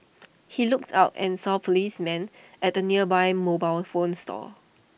he looked out and saw policemen at the nearby mobile phone store